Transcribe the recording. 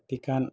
എത്തിക്കാൻ